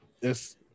Yes